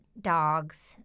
dogs